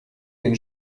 den